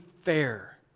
fair